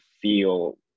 feel